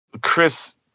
Chris